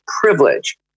privilege